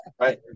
Right